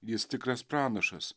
jis tikras pranašas